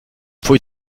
pfui